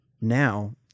now